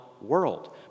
world